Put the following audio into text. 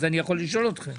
אז אני יכול לשאול אתכם